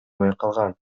байкалган